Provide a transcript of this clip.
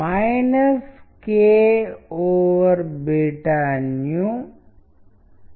Paris యొక్క dimensions ను Eiffel Tower యొక్క చిత్రం ప్రదర్శించడం ద్వారా చెప్పొచ్చు